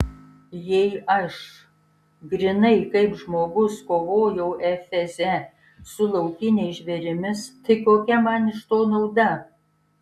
jei aš grynai kaip žmogus kovojau efeze su laukiniais žvėrimis tai kokia man iš to nauda